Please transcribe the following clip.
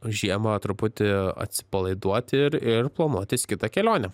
žiemą truputį atsipalaiduoti ir ir planuotis kitą kelionę